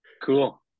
cool